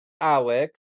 Alex